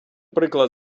приклад